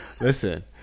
Listen